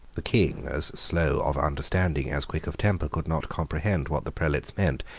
the king, as slow of understanding as quick of temper, could not comprehend what the prelates meant.